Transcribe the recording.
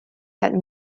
had